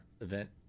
event